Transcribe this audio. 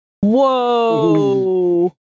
whoa